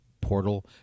portal